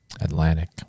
Atlantic